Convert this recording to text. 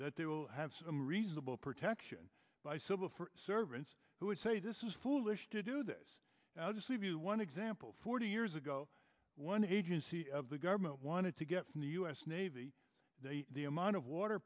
that they will have some reasonable protection by civil servants who would say this is foolish to do this i'll just leave you one example forty years ago one agency of the government wanted to get the u s navy the amount of water